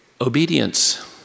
obedience